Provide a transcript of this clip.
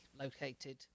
located